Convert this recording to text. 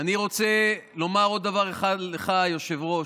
אני רוצה לומר עוד דבר לך, היושב-ראש,